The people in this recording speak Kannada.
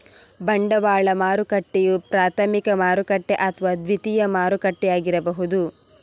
ಬಂಡವಾಳ ಮಾರುಕಟ್ಟೆಯು ಪ್ರಾಥಮಿಕ ಮಾರುಕಟ್ಟೆ ಅಥವಾ ದ್ವಿತೀಯ ಮಾರುಕಟ್ಟೆಯಾಗಿರಬಹುದು